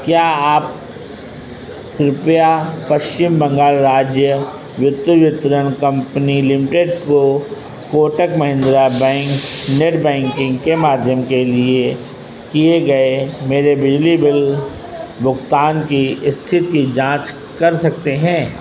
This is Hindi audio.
क्या आप कृपया पश्चिम बंगाल राज्य विद्युत वितरण कंपनी लिमिटेड को Kotak Mahindra bank net banking के माध्यम से किए गए मेरे बिजली बिल भुगतान की स्थिति की जाँच कर सकते हैं